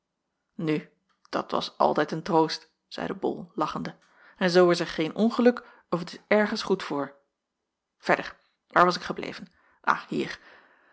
nu dat was altijd een troost zeide bol lachende en zoo is er geen ongeluk of t is ergens goed voor verder waar was ik gebleven ah hier